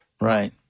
Right